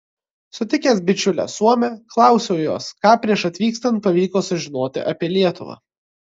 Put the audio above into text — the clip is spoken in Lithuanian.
sutikęs bičiulę suomę klausiau jos ką prieš atvykstant pavyko sužinoti apie lietuvą